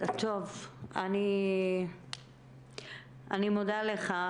אני מודה לך.